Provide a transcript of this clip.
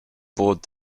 bored